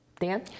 Dan